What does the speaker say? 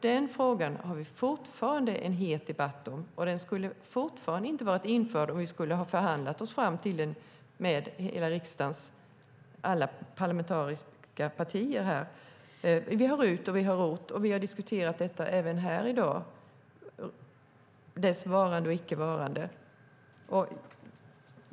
Den frågan har vi fortfarande en het debatt om, och den skulle fortfarande inte ha varit införd om vi skulle ha förhandlat oss fram till den med alla riksdagens partier. Vi har RUT och vi har ROT, och vi har diskuterat dessa åtgärders varande eller icke varande även här i dag.